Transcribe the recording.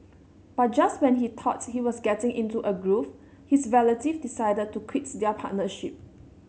but just when he thought he was getting into a groove his relative decided to their partnership